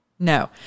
No